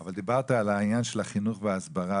אבל דיברת על העניין של החינוך וההסברה,